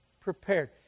prepared